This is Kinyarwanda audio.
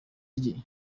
rye